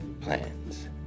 plans